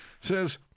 says